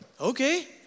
okay